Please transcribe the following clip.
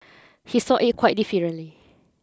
he saw it quite differently